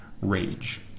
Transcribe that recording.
Rage